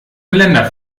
geländer